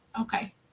Okay